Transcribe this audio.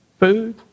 food